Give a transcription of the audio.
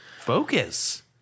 focus